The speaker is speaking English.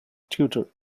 tutor